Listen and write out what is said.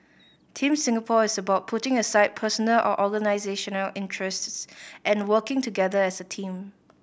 Team Singapore is about putting aside personal or organisational interests and working together as a team